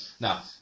Now